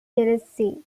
glencoe